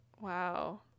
Wow